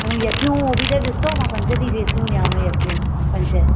यकियूं हू बि त ॾिसो मां पंज थी ड्रेसियूं ॾियांव यकियूं पंज